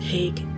take